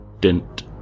Dent